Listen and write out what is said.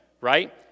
right